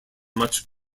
much